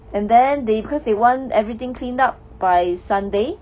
and then they because they want everything cleaned up by sunday